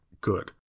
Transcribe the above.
good